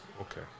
okay